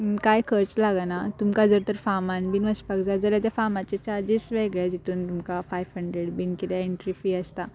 कांय खर्च लागना तुमकां जर तर फार्मान बीन वचपाक जाय जाल्यार त्या फार्माचे चार्जीस वेगळे जितून तुमकां फाय्फ हंड्रेड बीन कितें एंट्री फी आसता